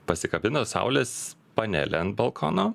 pasikabino saulės panelę ant balkono